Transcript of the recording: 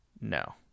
no